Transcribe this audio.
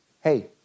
hey